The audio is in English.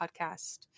podcast